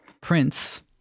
Prince